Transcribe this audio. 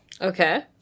Okay